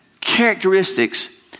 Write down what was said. characteristics